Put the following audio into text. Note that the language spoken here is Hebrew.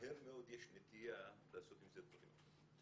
מהר מאוד יש נטייה לעשות עם זה דברים אחרים.